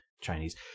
Chinese